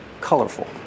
colorful